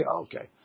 okay